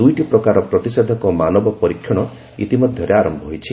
ଦୁଇଟି ପ୍ରକାର ପ୍ରତିଷେଧକ ମାନବ ପରୀକ୍ଷଣ ଇତିମଧ୍ୟରେ ଆରନ୍ନ ହୋଇଛି